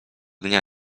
dnia